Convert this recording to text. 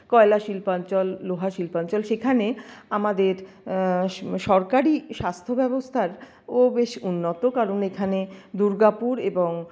কয়লা শিল্পাঞ্চল লোহা শিল্পাঞ্চল সেখানে আমাদের স সরকারি স্বাস্থ্য ব্যবস্থারও বেশ উন্নত কারণ এখানে দুর্গাপুর এবং